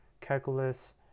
calculus